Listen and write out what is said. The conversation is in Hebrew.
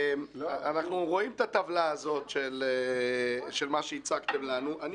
אנחנו רואים את הטבלה הזאת שהצגתם לנו ואני